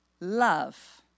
love